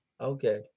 Okay